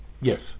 Yes